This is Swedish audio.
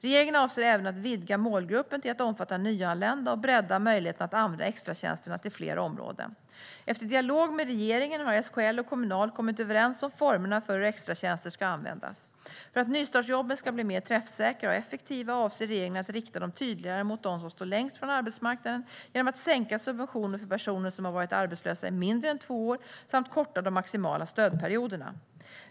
Regeringen avser även att vidga målgruppen till att omfatta nyanlända och bredda möjligheterna att använda extratjänsterna till fler områden. Efter dialog med regeringen har SKL och Kommunal kommit överens om formerna för hur extratjänsterna ska användas. För att nystartsjobben ska bli mer träffsäkra och effektiva avser regeringen att rikta dem tydligare mot dem som står längst från arbetsmarknaden genom att sänka subventionen för personer som har varit arbetslösa i mindre än två år samt korta de maximala stödperioderna.